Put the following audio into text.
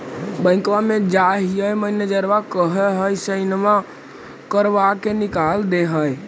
बैंकवा मे जाहिऐ मैनेजरवा कहहिऐ सैनवो करवा के निकाल देहै?